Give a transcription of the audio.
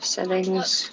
Settings